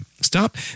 Stop